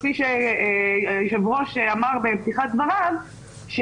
כפי שהיושב-ראש אמר בפתיחת דבריו,